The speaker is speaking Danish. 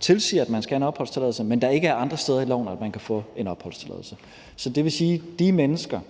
tilsiger, at man skal have en opholdstilladelse, og der ikke er andre steder i loven, hvorefter man kan få en opholdstilladelse. Så det vil sige, at de mennesker,